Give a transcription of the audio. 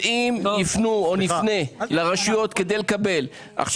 צריך לפנות לרשויות כדי לקבל אותם,